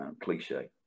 cliche